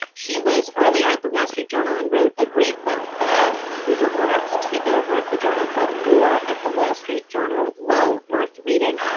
she was earlier at the wall street journal and wrote a great book about rupert murdoch's takeover of the journal cold war at the wall street journal. well worth reading.